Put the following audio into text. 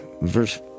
Verse